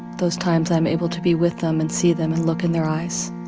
those times i'm able to be with them and see them and look in their eyes